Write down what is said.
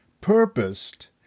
Purposed